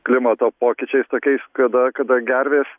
klimato pokyčiais tokiais kada kada gervės